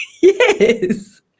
Yes